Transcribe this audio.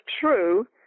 true